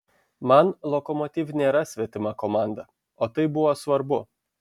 man lokomotiv nėra svetima komanda o tai buvo svarbu